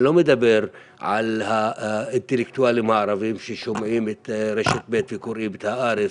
אני לא מדבר על האינטלקטואלים הערבים ששומעים רשת ב' וקוראים את 'הארץ',